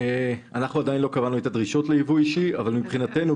אנחנו עדיין לא קבענו את הדרישות לייבוא אישי אבל מבחינתנו,